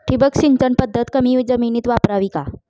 ठिबक सिंचन पद्धत कमी जमिनीत वापरावी का?